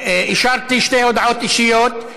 אישרתי שתי הודעות אישיות.